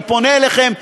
אני פונה אליכם,